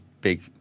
big